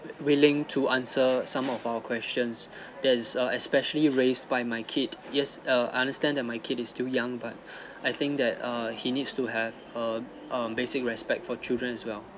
willing to answer some of our questions there is uh especially raised by my kid yes uh I understand that my kid is still young but I think that err he needs to have a um basic respect for children as well